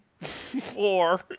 Four